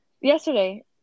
yesterday